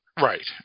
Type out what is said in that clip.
Right